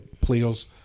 players